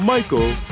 Michael